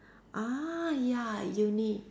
ah ya uni